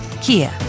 Kia